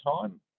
time